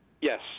Yes